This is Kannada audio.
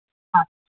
ಹಾಂ